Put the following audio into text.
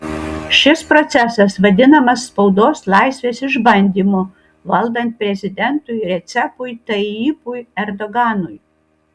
šis procesas vadinamas spaudos laisvės išbandymu valdant prezidentui recepui tayyipui erdoganui